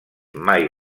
mai